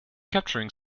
capturing